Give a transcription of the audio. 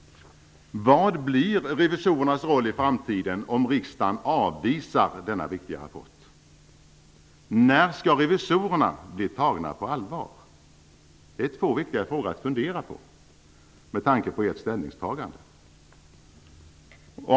Vad blir revisorernas roll i framtiden om riksdagen avvisar denna viktiga rapport? När skall revisorerna bli tagna på allvar? Det är två viktiga frågor att fundera på med tanke på ert ställningstagande.